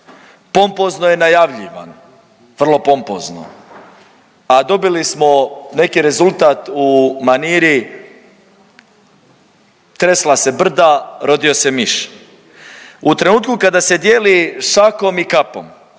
Pompozno je najavljivan, vrlo pompozno, a dobili smo neki rezultat u maniri tresla se brda, rodio se miš. U trenutku kada se dijeli šakom i kapom,